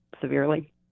severely